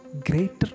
greater